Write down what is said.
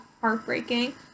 heartbreaking